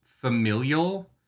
familial